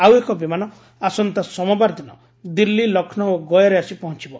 ଆଉ ଏକ ବିମାନ ଆସନ୍ତା ସୋମବାର ଦିନ ଦିଲ୍ଲୀ ଲକ୍ଷ୍ରୌ ଓ ଗୟାରେ ଆସି ପହଞ୍ଚିବ